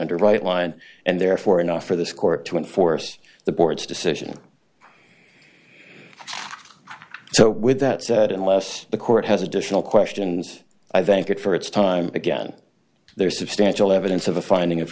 right line and therefore enough for this court to enforce the board's decision so with that said unless the court has additional questions i thank it for its time again there is substantial evidence of a finding of